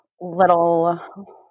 little